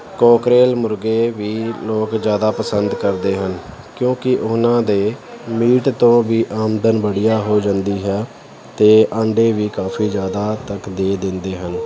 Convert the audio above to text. Cockerell ਮੁਰਗੇ ਵੀ ਲੋਕ ਜ਼ਿਆਦਾ ਪਸੰਦ ਕਰਦੇ ਹਨ ਕਿਉਂਕਿ ਉਹਨਾਂ ਦੇ ਮੀਟ ਤੋਂ ਵੀ ਆਮਦਨ ਵਧੀਆ ਹੋ ਜਾਂਦੀ ਹੈ ਅਤੇ ਆਂਡੇ ਵੀ ਕਾਫੀ ਜ਼ਿਆਦਾ ਤੱਕ ਦੇ ਦਿੰਦੇ ਹਨ